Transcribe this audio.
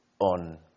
on